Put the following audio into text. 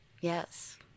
Yes